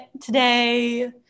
today